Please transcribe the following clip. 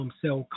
cell